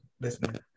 listening